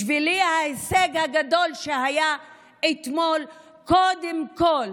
בשבילי ההישג הגדול שהיה אתמול הוא קודם כול